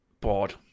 Bored